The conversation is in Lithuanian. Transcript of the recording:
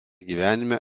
gyvenime